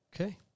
Okay